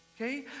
Okay